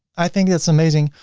i think that's amazing,